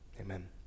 amen